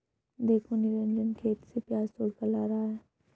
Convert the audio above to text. देखो निरंजन खेत से प्याज तोड़कर ला रहा है